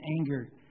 anger